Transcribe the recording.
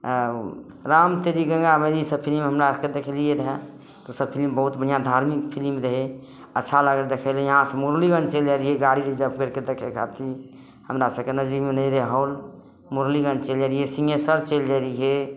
आ राम तेरी गङ्गा मैलीसँ फिलिम हमरा आरके देखलियै रहऽ तऽ ओ सब फिलिम बहुत बढ़िआँ धार्मिक फिलिम रहै अच्छा लागलै देखै लऽ यहाँसँ मुरलीगञ्ज चलि जाय रहियै गाड़ीसँ रिजर्व करि कऽ देखै खातिर हमरा सबके नजदीकमे नहि रहै हॉल मुरलीगञ्ज चलि जाय रहियै सिंघेश्वर चलि जाय रहियै